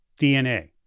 DNA